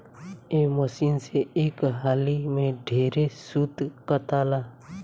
ए machine से एक हाली में ढेरे सूत काताला